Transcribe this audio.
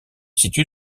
situe